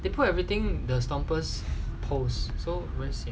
they put everything the Stomp us post so we'll see